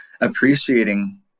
appreciating